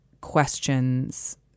questions